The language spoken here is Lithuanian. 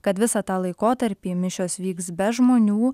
kad visą tą laikotarpį mišios vyks be žmonių